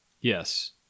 Yes